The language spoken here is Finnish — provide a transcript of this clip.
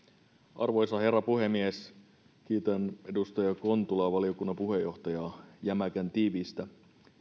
arvoisa herra puhemies kiitän edustaja kontulaa valiokunnan puheenjohtajaa jämäkän tiiviistä